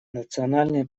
национальные